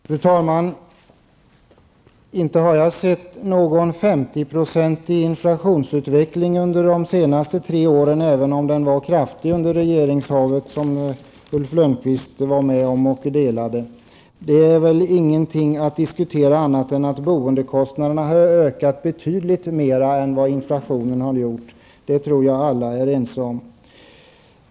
replik: Fru talman! Inte har jag sett någon 50 procentig inflation under de senaste tre åren, även om inflationen var kraftig under den tid då bl.a. Ulf Lönnqvist hade regeringsmakten. Det finns väl inget annat att säga än att boendekostnaderna har ökat betydligt mer än vad inflationstakten har varit. Det tror jag att alla är ense om.